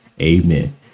Amen